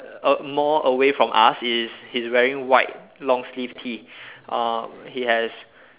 err more away from us is he's wearing white long sleeve T uh he has